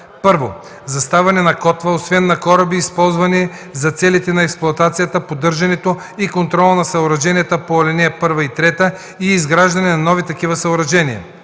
1. заставане на котва, освен на кораби, използвани за целите на експлоатацията, поддържането и контрола на съоръженията по ал. 1 и 3 и изграждане на нови такива съоръжения;